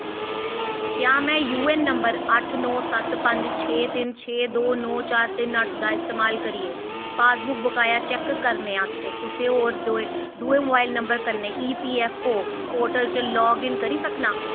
क्या में U A N number अट्ठ नौ पंज सत्त पंज छे तिन्न छे दो नौ चार तिन्न अट्ठ दा इस्तमाल करियै पासबुक बकाया चेक करने आस्तै कुसै होर दुए दूए मोबाइल नंबर कन्नै E P F O portal च लाग इन करी सकनां